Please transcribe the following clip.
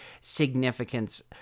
significance